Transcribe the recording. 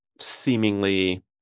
seemingly